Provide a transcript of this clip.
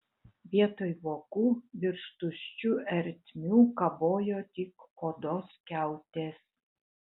vietoj vokų virš tuščių ertmių kabojo tik odos skiautės